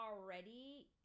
already